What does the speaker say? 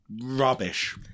rubbish